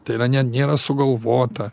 tai yra net nėra sugalvota